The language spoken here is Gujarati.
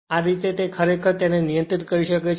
આ રીતે તે ખરેખર તેને નિયંત્રિત કરી શકે છે